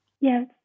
Yes